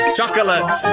Chocolate